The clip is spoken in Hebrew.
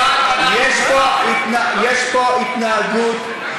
יש פה התנהגות,